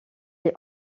est